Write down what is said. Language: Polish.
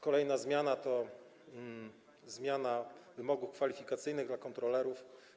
Kolejna zmiana to zmiana wymogów kwalifikacyjnych dla kontrolerów.